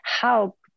help